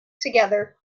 together